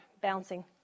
bouncing